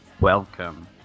welcome